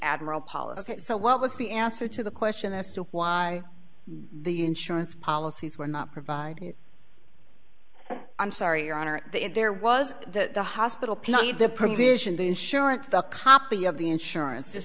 admiral policy so what was the answer to the question as to why the insurance policies were not provide i'm sorry your honor there was that the hospital paid the provision the insurance the copy of the insurance is